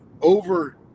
over